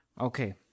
Okay